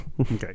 okay